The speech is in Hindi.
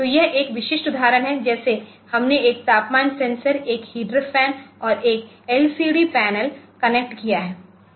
तो यह एक विशिष्ट उदाहरण है जैसे हमने एक तापमान सेंसर एक हीटर फैन और एक एलसीडी पैनल कनेक्ट किया है